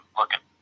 looking